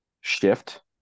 shift